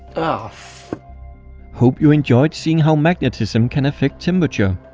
ah hope you enjoyed seeing how magnetism can affect temperature.